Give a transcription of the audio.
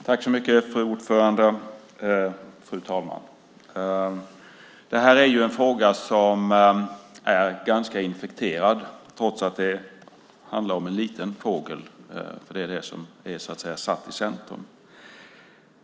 Fru talman! Det här är en ganska infekterad fråga trots att den handlar om en liten fågel, som är satt i centrum för debatten.